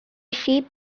sheep